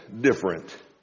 different